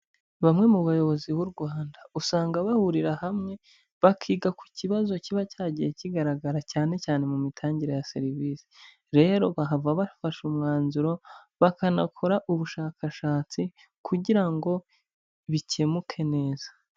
Bamwe mu bayobozi b'u Rwanda usanga bahurira hamwe, bakiga ku kibazo kiba cyagiye kigaragara cyane cyane mu mitangire ya serivisi, rero bahava bafashe umwanzuro bakanakora ubushakashatsi kugira ngo bikemuke neza.